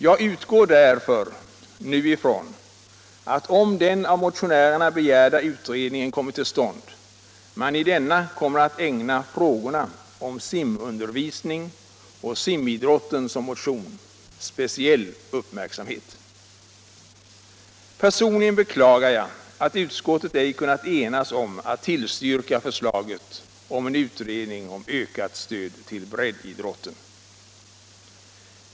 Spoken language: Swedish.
Jag utgår därför nu ifrån att, om den av motionärerna begärda utredningen kommer till stånd, man i denna kommer att ägna frågorna om simundervisning och simidrott som motion speciell uppmärksamhet. Personligen beklagar jag att utskottet ej kunnat enas om att tillstyrka förslaget om en utredning om ökat stöd till breddidrotten.